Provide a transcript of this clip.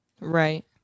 Right